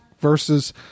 versus